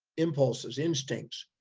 impulses, instincts